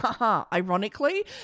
Ironically